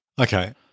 Okay